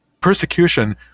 persecution